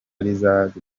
rizitabirwa